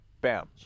Bam